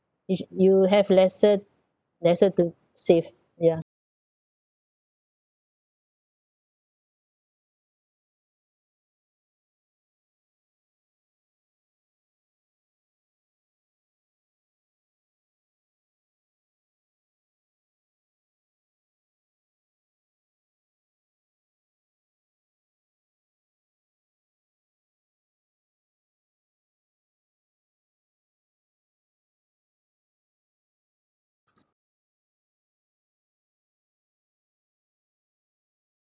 if you have lesser lesser to save yeah